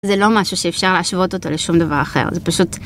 זה לא משהו שאפשר להשוות אותו לשום דבר אחר, זה פשוט...